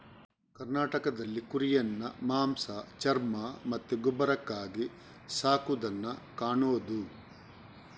ಕರ್ನಾಟಕದಲ್ಲಿ ಕುರಿಯನ್ನ ಮಾಂಸ, ಚರ್ಮ ಮತ್ತೆ ಗೊಬ್ಬರಕ್ಕಾಗಿ ಸಾಕುದನ್ನ ಕಾಣುದು